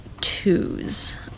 twos